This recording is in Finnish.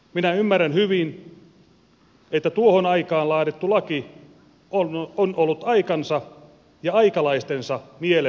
minä ymmärrän hyvin että tuohon aikaan laadittu laki on ollut aikansa ja aikalaistensa mielen mukainen